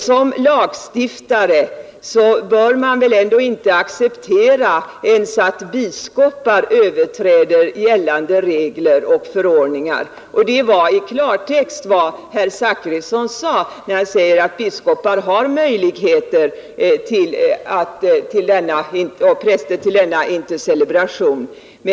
Som lagstiftare kan vi inte acceptera att biskopar och präster överträder gällande regler och förordningar, och det var innebörden i vad herr Zachrisson sade om att biskopar och präster har möjlighet till denna intercelebration.